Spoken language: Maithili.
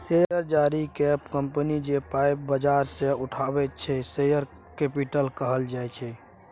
शेयर जारी कए कंपनी जे पाइ बजार सँ उठाबैत छै शेयर कैपिटल कहल जाइ छै